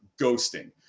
ghosting